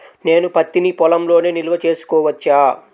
నేను పత్తి నీ పొలంలోనే నిల్వ చేసుకోవచ్చా?